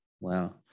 Wow